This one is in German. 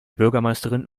bürgermeisterin